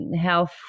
health